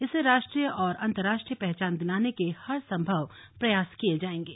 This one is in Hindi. इसे राष्ट्रीय और अंतरराष्ट्रीय पहचान दिलाने के हर सम्भव प्रयास किये जाएंगे